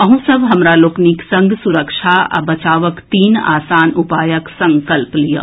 अहूँ सब हमरा लोकनिक संग सुरक्षा आ बचावक तीन आसान उपायक संकल्प लियऽ